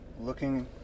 looking